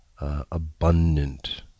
abundant